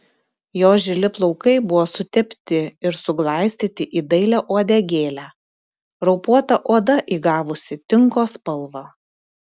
jo žili plaukai buvo sutepti ir suglaistyti į dailią uodegėlę raupuota oda įgavusi tinko spalvą